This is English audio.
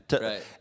Right